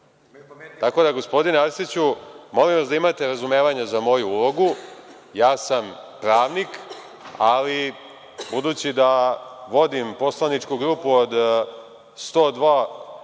da, gospodine Arsiću, molim vas da imate razumevanja za moju ulogu. Ja sam pravnik, ali budući da vodim poslaničku grupu od 102